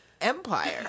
Empire